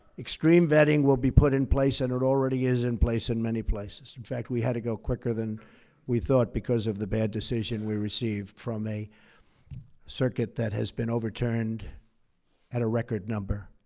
extreme vetting will be put in place, and it already is in place in many places. in fact, we had to go quicker than we thought because of the bad decision we received from a circuit that has been overturned at a record number.